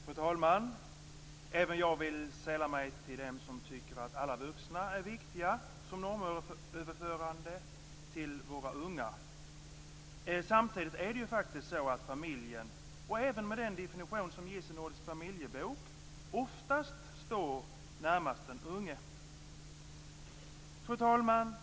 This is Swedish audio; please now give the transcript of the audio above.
Fru talman! Jag vill sälla mig till dem som tycker att alla vuxna är viktiga som normöverförare till våra unga. Samtidigt är det ju faktiskt oftast familjen, även med den definition som ges i Nordisk familjebok, som står närmast den unge. Fru talman!